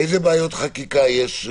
איזה בעיות חקיקה יש?